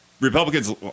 Republicans